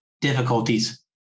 difficulties